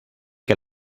que